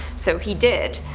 so he did.